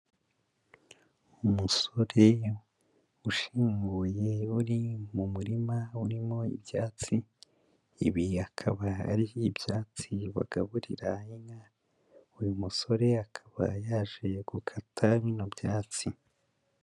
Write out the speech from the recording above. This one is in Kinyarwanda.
Umusore ushinguye uri mu murima urimo ibyatsi, ibi akaba ari ibyatsi bagaburira inka, uyu musore akaba yaje gukata bino byatsi.